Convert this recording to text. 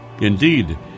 Indeed